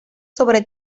sobre